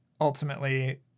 ultimately